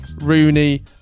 Rooney